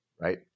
right